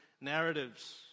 narratives